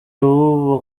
bubu